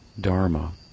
dharma